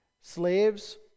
Slaves